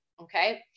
okay